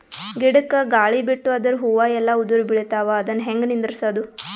ಗಿಡಕ, ಗಾಳಿ ಬಿಟ್ಟು ಅದರ ಹೂವ ಎಲ್ಲಾ ಉದುರಿಬೀಳತಾವ, ಅದನ್ ಹೆಂಗ ನಿಂದರಸದು?